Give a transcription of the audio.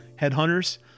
Headhunters